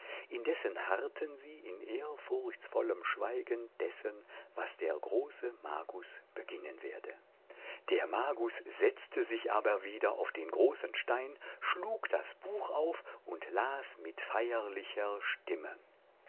indessen harrten sie in ehrfurchtsvollem schweigen dessen was der große magus beginnen werde der magus setzte sich aber wieder auf den großen stein schlug das buch auf und las mit feierlicher stimme